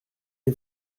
est